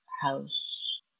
house